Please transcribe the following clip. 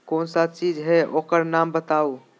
कौन सा चीज है ओकर नाम बताऊ?